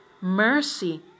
Mercy